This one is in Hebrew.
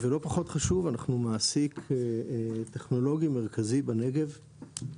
ולא פחות חשוב: אנחנו מעסיק טכנולוגי מרכזי בנגב.